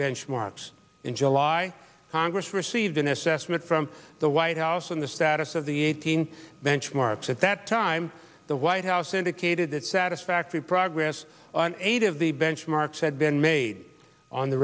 benchmarks in july congress received an assessment from the white house on the status of the eighteen benchmarks at that time the white house indicated that satisfactory progress on eight of the benchmarks had been made on the